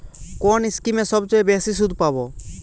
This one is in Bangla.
কোন স্কিমে সবচেয়ে বেশি সুদ পাব?